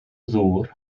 ddŵr